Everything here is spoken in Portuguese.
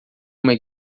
uma